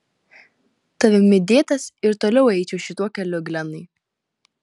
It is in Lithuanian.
tavimi dėtas ir toliau eičiau šituo keliu glenai